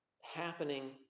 happening